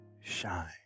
shine